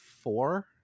four